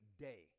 day